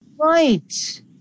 Right